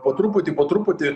po truputį po truputį